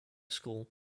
school